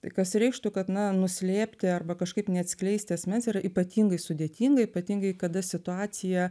tai kas reikštų kad na nuslėpti arba kažkaip neatskleisti asmens yra ypatingai sudėtinga ypatingai kada situacija